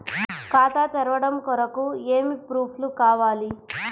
ఖాతా తెరవడం కొరకు ఏమి ప్రూఫ్లు కావాలి?